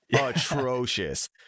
atrocious